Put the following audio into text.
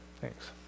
thanks